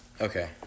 Okay